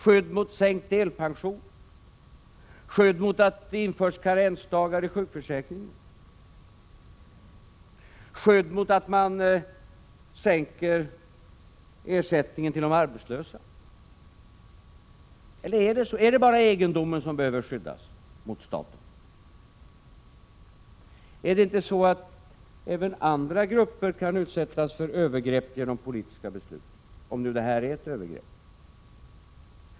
Skydd mot sänkt delpension, skydd mot att det införs karensdagar i sjukförsäkringen, skydd mot att ersättningen sänks för de arbetslösa? Är det bara egendomen som behöver skyddas mot staten? Är det inte så att även andra grupper kan utsättas för övergrepp genom politiska beslut? — om nu det här är ett övergrepp.